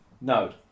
no